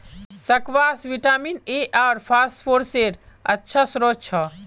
squash vitamin A आर फस्फोरसेर अच्छा श्रोत छ